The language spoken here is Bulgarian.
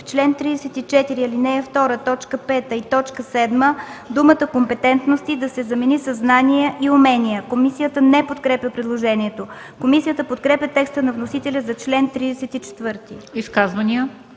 2, т. 5 и т. 7 думата „компетентности” да се замени със „знания и умения”. Комисията не подкрепя предложението. Комисията подкрепя текста на вносителя за чл. 34. ПРЕДСЕДАТЕЛ